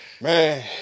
Man